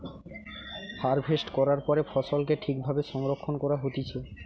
harvest করার পরে ফসলকে ঠিক ভাবে সংরক্ষণ করা হতিছে